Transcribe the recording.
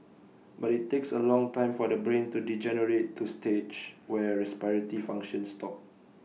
but IT takes A long time for the brain to degenerate to stage where respiratory functions stop